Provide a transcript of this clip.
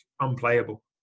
unplayable